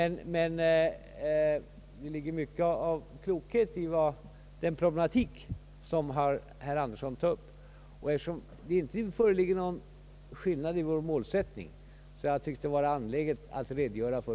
Det finns mycket att göra där.